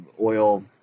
oil